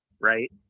right